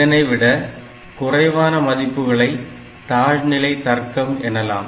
இதனைவிட குறைவான மதிப்புகளை தாழ்நிலை தர்க்கம் எனலாம்